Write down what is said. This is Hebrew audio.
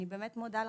אני באמת מודה לכם,